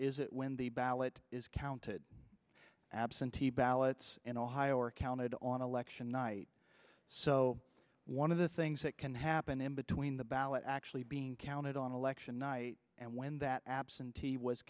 is it when the ballot is counted absentee ballots in ohio are counted on election night so one of the things that can happen in between the ballot actually being counted on election night and when that absentee was